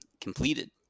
completed